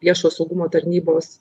viešo saugumo tarnybos